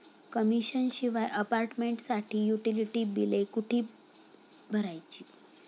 Commission शिवाय अपार्टमेंटसाठी utility बिले कुठे भरायची?